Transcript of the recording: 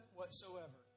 whatsoever